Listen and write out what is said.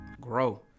grow